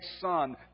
Son